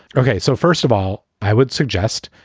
okay. so first of all, i would suggest,